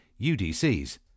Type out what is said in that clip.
UDCs